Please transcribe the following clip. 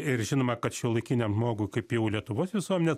ir žinoma kad šiuolaikiniam žmogui kaip jau lietuvos visuomenė